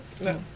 No